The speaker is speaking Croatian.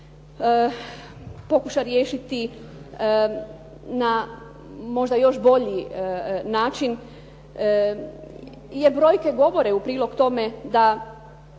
pokuša riješiti na možda još bolji način. Jer brojke govore u prilog tome, da